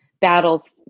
battles